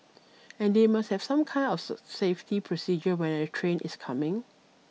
and they must have some kind of safety procedure when a train is coming